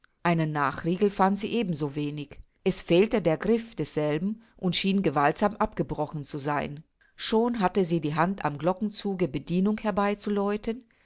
einen nachtriegel fand sie eben so wenig es fehlte der griff desselben und schien gewaltsam abgebrochen zu sein schon hatte sie die hand am glockenzuge bedienung herbei zu läuten